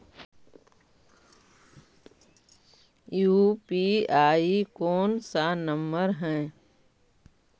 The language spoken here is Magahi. यु.पी.आई कोन सा नम्बर हैं?